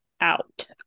out